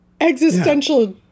existential